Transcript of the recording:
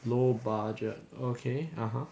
low budget okay (uh huh)